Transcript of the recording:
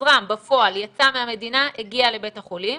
הוזרם בפועל, יצא מהמדינה, הגיע לבית החולים,